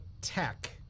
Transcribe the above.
tech